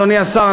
אדוני השר,